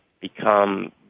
become